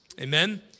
Amen